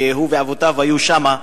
והוא ואבותיו היו שם,